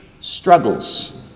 struggles